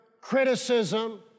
criticism